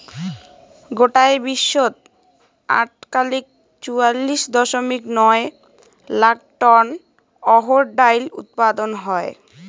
গোটায় বিশ্বত আটকালিক চুয়াল্লিশ দশমিক নয় লাখ টন অহর ডাইল উৎপাদন হয়